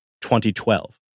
2012